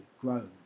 grown